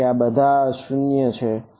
તેથી આ બધા બહાર 0 થશે